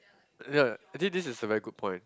ya I think this is a very good point